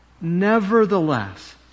Nevertheless